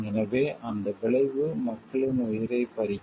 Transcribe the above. எனவே அந்த விளைவு மக்களின் உயிரைப் பறிக்கும்